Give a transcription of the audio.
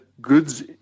goods